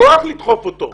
לדחוף אותו בכוח.